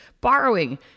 borrowing